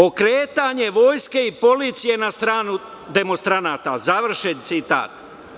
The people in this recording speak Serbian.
Okretanje vojske i policije na stranu demonstranata", završen citat.